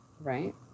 right